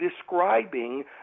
describing